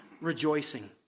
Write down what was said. rejoicing